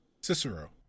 Cicero